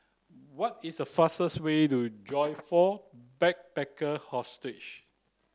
what is the fastest way to Joyfor Backpackers'